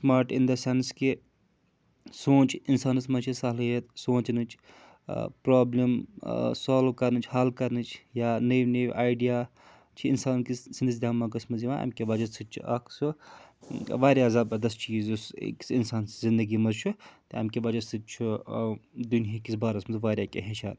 smart in the sense کہِ سونٛچ اِنسانَس منٛز چھِ سہلِیت سونٛچنٕچ پرٛابلِم سالٕو کَرنٕچ حل کَرنٕچ یا نٔوۍ نٔوۍ آیڈِیا چھِ اِنسان کِس سٕنٛدِس دٮ۪ماغَس منٛز یِوان اَمہِ کہِ وَجہ سۭتۍ چھُ اَکھ سُہ واریاہ زَبردَس چیٖز یُس أکِس اِنسان سٕنٛز زِندگی منٛز چھُ تہٕ اَمہِ کہِ وَجہ سۭتۍ چھُ دُنہِکِس بارَس منٛز واریاہ کینٛہہ ہیٚچھان